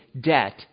debt